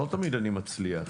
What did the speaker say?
לא תמיד אני מצליח.